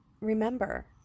remember